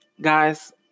guys